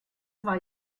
war